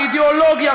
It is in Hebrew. באידיאולוגיה,